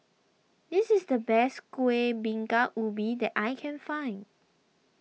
this is the best Kuih Bingka Ubi that I can find